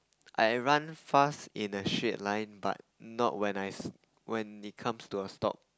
I run fast in a straight line but not when I when it comes to a stop